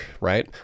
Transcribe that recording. right